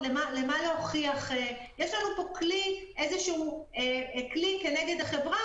פה איזה שהוא כלי כנגד החברה,